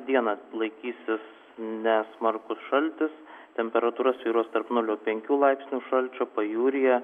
dieną laikysis ne smarkus šaltis temperatūra svyruos tarp nulio penkių laipsnių šalčio pajūryje